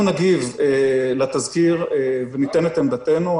אנחנו נגיב לתזכיר וניתן את עמדתנו.